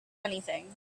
anything